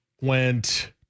went